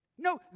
No